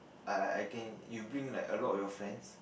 I I can you bring like a lot of your friends